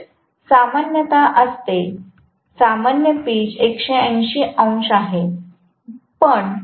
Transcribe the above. peach सामान्यत असते सामान्य पीच 180 अंश आहे